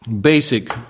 basic